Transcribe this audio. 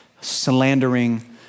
slandering